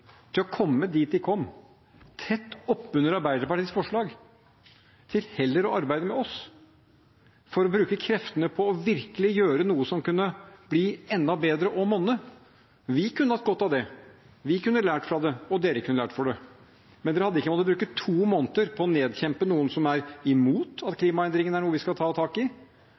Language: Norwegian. til å komme dit de kom – tett oppunder Arbeiderpartiets forslag – til heller å arbeide med oss for å bruke kreftene på virkelig å gjøre noe som kunne bli enda bedre og monne? Vi kunne hatt godt av det. Vi kunne lært av det, og de kunne lært av det. De hadde ikke måttet bruke to måneder på å nedkjempe noen som er imot at klimaendringene er noe vi skal ta tak i,